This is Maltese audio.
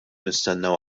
nistennew